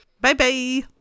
Bye-bye